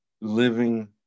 living